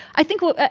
i think it.